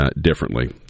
differently